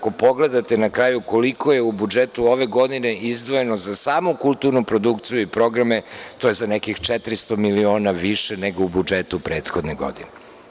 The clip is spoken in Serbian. Kada pogledate na kraju koliko je u budžetu ove godine izdvojeno za samu kulturnu produkciju i programe, to je za nekih 400 miliona više, nego u budžetu prethodne godine.